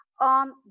on